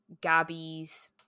Gabby's